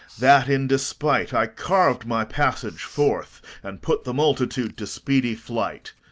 that, in despite, i carved my passage forth, and put the multitude to speedy flight.